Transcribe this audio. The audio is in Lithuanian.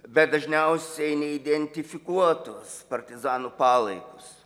bet dažniausiai neidentifikuotos partizanų palaikos